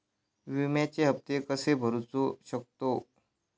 विम्याचे हप्ते कसे भरूचो शकतो?